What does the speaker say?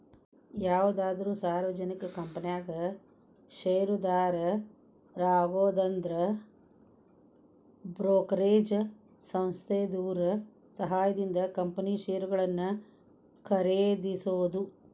ಯಾವುದಾದ್ರು ಸಾರ್ವಜನಿಕ ಕಂಪನ್ಯಾಗ ಷೇರುದಾರರಾಗುದಂದ್ರ ಬ್ರೋಕರೇಜ್ ಸಂಸ್ಥೆದೋರ್ ಸಹಾಯದಿಂದ ಕಂಪನಿ ಷೇರುಗಳನ್ನ ಖರೇದಿಸೋದು